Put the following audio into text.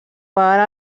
part